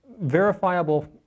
verifiable